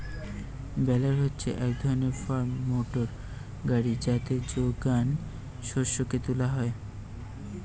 বেলার হচ্ছে এক ধরণের ফার্ম মোটর গাড়ি যাতে যোগান শস্যকে তুলা হয়